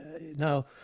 Now